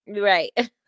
Right